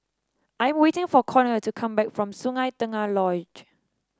I'm waiting for Konnor to come back from Sungei Tengah Lodge